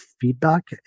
feedback